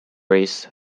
race